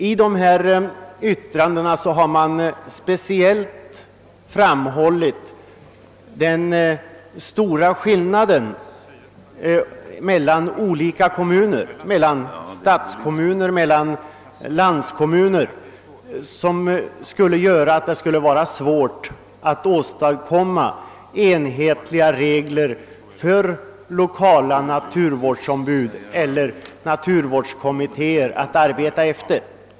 I yttrandena har särskilt framhållits, att det föreligger en stor skillnad mellan stadskommuner och landskommuner och att detta skulle göra det svårt att åstadkomma enhetliga regler för lokala naturvårdsombuds eller naturvårdskommittéers arbete.